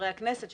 חברי הכנסת,